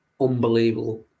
unbelievable